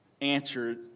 answer